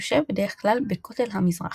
יושב בדרך כלל ב"כותל המזרח"